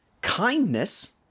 Kindness